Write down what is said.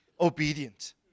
obedient